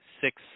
six